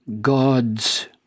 God's